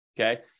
okay